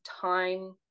time